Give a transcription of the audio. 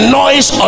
noise